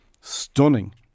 stunning